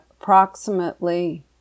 approximately